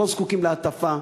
אנחנו לא זקוקים להטפה,